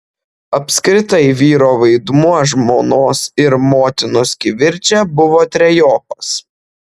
apskritai vyro vaidmuo žmonos ir motinos kivirče buvo trejopas